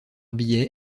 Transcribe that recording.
billet